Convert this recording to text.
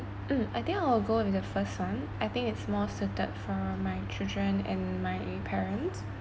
mm I think I'll go with the first one I think it's more suited for my children and my parents